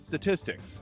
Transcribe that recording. statistics